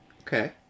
Okay